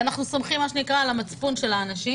אנחנו סומכים על המצפון של האנשים